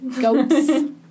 goats